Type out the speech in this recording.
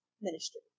ministry